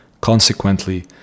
Consequently